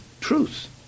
truth